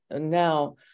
now